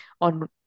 on